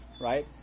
right